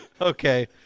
Okay